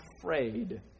afraid